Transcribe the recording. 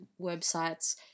websites